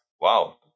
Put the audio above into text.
Wow